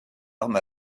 armes